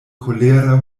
kolera